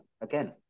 again